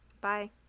Bye